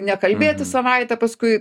nekalbėti savaitę paskui